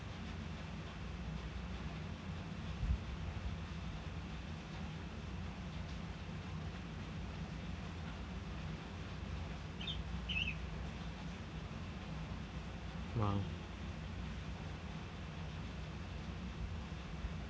!wow!